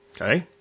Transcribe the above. okay